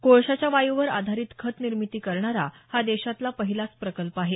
कोळशाच्या वायूवर आधारित खतनिर्मिती करणारा हा देशातला पहिलाच प्रकल्प आहे